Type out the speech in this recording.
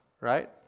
right